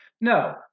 No